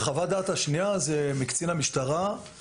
חוות הדעת השנייה היא של קצין המשטרה על